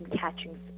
Catching